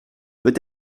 peut